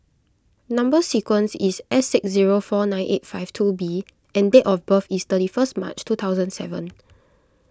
Number Sequence is S six zero four nine eight five two B and date of birth is thirty first March two thousand and seven